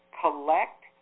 collect